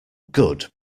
good